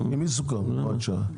עם מי סוכם שתהיה הוראת שעה?